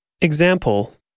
Example